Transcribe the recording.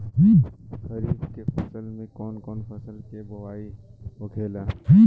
खरीफ की फसल में कौन कौन फसल के बोवाई होखेला?